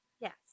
Yes